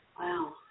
Wow